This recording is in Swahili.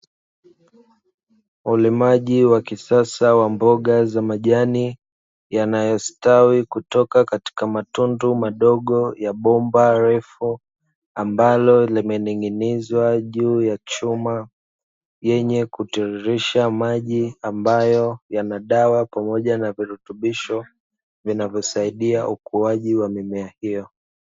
Ulimaji wa kisasa wa mboga za majani yanayostawi kutoka katika matundu madogo ya bomba refu ambalo, limening'inizwa juu ya chuma yenye kutiririsha maji ambayo yana dawa pamoja na virutubisho vinavyosaidia ukuwaji wa mimea hiyo.